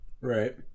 Right